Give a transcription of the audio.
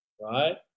right